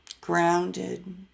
Grounded